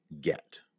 get